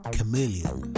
Chameleon